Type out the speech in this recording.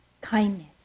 kindness